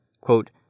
quote